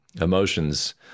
emotions